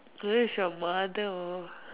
where is your mother oh